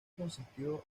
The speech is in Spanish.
consistió